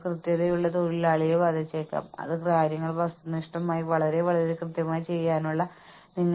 എല്ലാം കൃത്യമായി കാണാൻ സാധ്യമല്ലെങ്കിൽ പ്രകടനം അളക്കാൻ കഴിയുന്ന ഒരു നമ്പർ നൽകികൊണ്ട് പ്രകടനം അളക്കുന്നത് വളരെ ബുദ്ധിമുട്ടാണ്